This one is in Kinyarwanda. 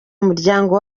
muryango